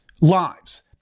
lives